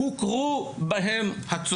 עם 770 תלמידים ועם תשעה קרוואנים מפוצל,